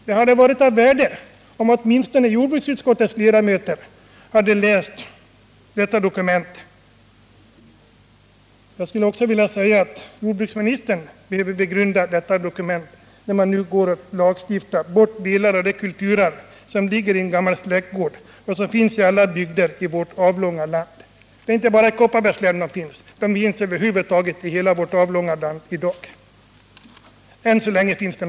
Det hade varit av värde om åtminstone jordbruksutskottets ledamöter och även jordbruksministern hade läst detta dokument, när man nu går att lagstifta bort delar av det kulturarv som ligger i en gammal släktgård — något som finns i alla bygder i vårt avlånga land, alltså inte bara i Kopparbergs län. Än så länge finns det några släktgårdar kvar i landet.